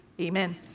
Amen